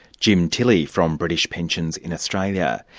jim tilley from british pensions in australia.